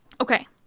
okay